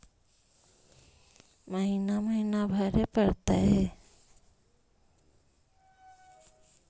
महिना महिना भरे परतैय?